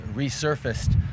resurfaced